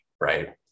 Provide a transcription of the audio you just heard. right